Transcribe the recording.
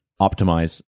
optimize